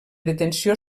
detenció